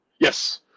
Yes